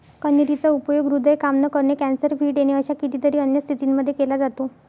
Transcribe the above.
कन्हेरी चा उपयोग हृदय काम न करणे, कॅन्सर, फिट येणे अशा कितीतरी अन्य स्थितींमध्ये केला जातो